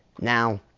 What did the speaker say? Now